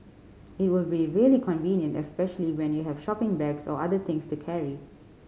it would be really convenient especially when you have shopping bags or other things to carry